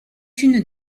une